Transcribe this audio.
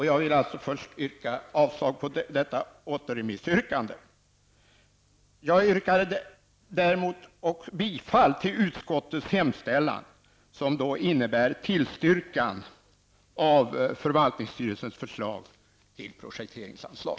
Jag yrkar således avslag till återremissyrkandet. Däremot yrkar jag bifall till utskottets hemställan, som innebär en tillstyrkan av förvaltningsstyrelsens förslag till projekteringsanslag.